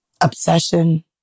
obsession